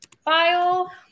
file